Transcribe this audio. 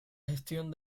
gestión